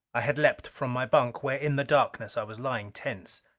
i had leaped from my bunk where in the darkness i was lying tense.